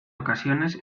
ocasiones